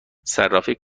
صرافی